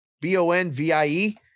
B-O-N-V-I-E